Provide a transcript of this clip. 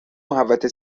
محوطه